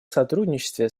сотрудничестве